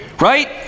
Right